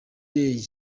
ray